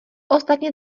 ostatně